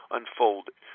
unfolded